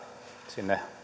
sinne